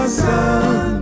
sun